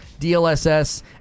DLSS